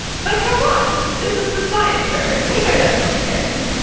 but come on, this is the science show, we know that's not the case!